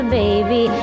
baby